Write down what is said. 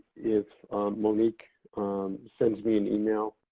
if monique sends me and email,